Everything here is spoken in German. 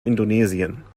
indonesien